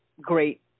great